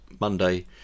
Monday